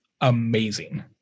amazing